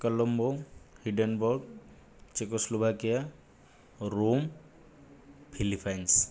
Colombo Hindenburg Czechoslovakia Rome Philippines